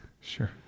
Sure